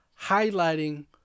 highlighting